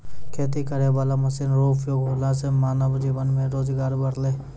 खेती करै वाला मशीन रो उपयोग होला से मानब जीवन मे रोजगार बड़लै